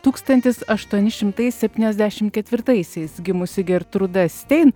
tūkstantis aštuoni šimtai septyniasdešimt ketvirtaisiais gimusi gertrūda stein